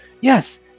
Yes